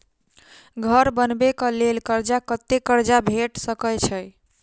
घर बनबे कऽ लेल कर्जा कत्ते कर्जा भेट सकय छई?